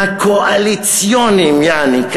הקואליציוניים יעני,